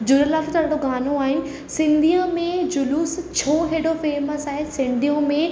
झूलेलाल ते हेॾो गानो आहिनि सिंधीअ में जुलूस छो हेॾो फेमस आहे सिंधियूं में